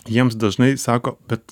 jiems dažnai sako bet